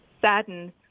saddened